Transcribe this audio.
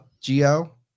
Geo